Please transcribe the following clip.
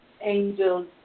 Angels